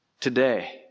today